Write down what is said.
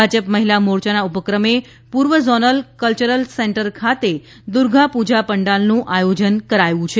ભાજપ મહિલા મોરચાના ઉપક્રમે પૂર્વ ઝોનલ કલ્ચરલ સેન્ટર ખાતે દુર્ગાપૂજા પંડાલનું આયોજન કરાયું છે